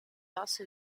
also